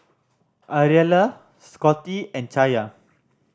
Ariella Scottie and Chaya